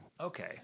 Okay